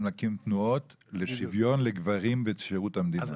להקים תנועות לשוויון לגברים בשירות המדינה.